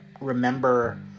remember